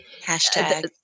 Hashtag